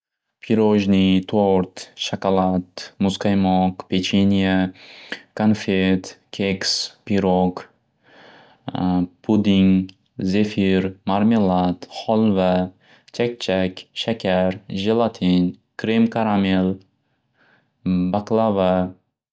Pirojni, to'rt, shakalat, muzqaymoq, pechiniya, kanfet, keks, pirog, puding, zefir, marmelad, xolva, chakchak, shakar, jelatin, kremkaramel, baklava.